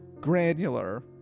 granular